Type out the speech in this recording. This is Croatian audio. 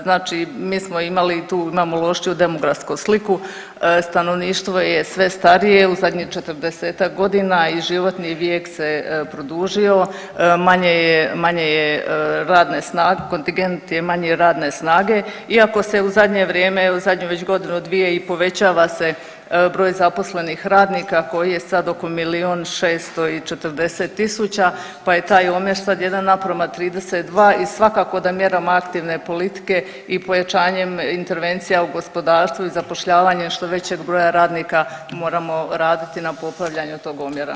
Znači mi smo imali tu imamo lošiju demografsku sliku, stanovništvo je sve starije u zadnjih četrdesetak godina i životni vijek se produžio, manje je radne snage, kontingent je manje radne snage iako se u zadnje vrijeme, zadnju već godinu, dvije i povećava se broj zaposlenih radnika koji je sad oko milijun 600 i 40 000, pa je taj omjer sad 1:32 i svakako da mjerama aktivne politike i pojačanjem intervencija u gospodarstvu i zapošljavanjem što većeg broja radnika moramo raditi na popravljanju tog omjera.